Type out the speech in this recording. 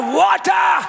water